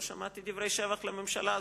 לא שמעתי דברי שבח לממשלה.